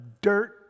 dirt